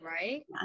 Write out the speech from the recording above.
right